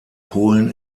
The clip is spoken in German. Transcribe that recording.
polen